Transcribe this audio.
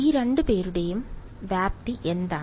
ഈ രണ്ടു പേരുടെയും വ്യാപ്തി എന്താണ്